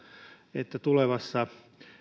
että tulevassa